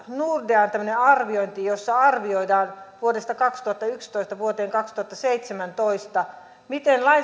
nordean tämmöinen arviointi jossa arvioidaan vuodesta kaksituhattayksitoista vuoteen kaksituhattaseitsemäntoista miten